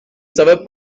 savais